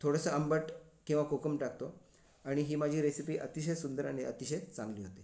थोडंसं आंबट किंवा कोकम टाकतो आणि ही माझी रेसिपी अतिशय सुंदर आणि अतिशय चांगली होते